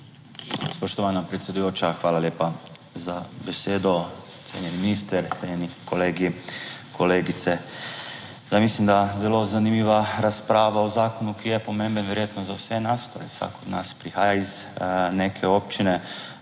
Spoštovana predsedujoča, hvala lepa za besedo, cenjeni minister, cenjeni kolegi, kolegice. Zdaj mislim, da zelo zanimiva razprava o zakonu, ki je pomemben verjetno za vse nas. Torej, vsak od nas prihaja iz neke občine,